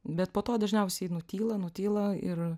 bet po to dažniausiai nutyla nutyla ir